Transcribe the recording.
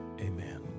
Amen